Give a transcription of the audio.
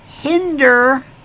hinder